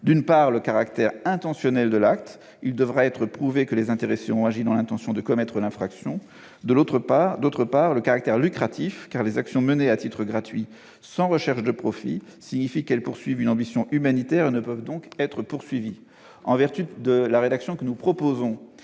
D'une part, le caractère intentionnel de l'acte : il devra être prouvé que les intéressés ont agi dans l'intention de commettre l'infraction. D'autre part, le caractère lucratif, car les actions menées à titre gratuit, sans recherche de profit, signifient qu'elles poursuivent une ambition humanitaire et ne peuvent donc être poursuivies. En vertu de la rédaction que nous proposons,